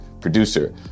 producer